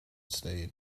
stayed